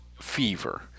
fever